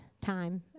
time